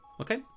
Okay